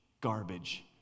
garbage